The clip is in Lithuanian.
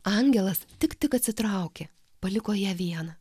angelas tik tik atsitraukė paliko ją vieną